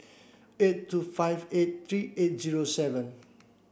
eight two five eight three eight zero seven